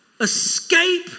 escape